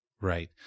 Right